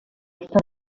obstant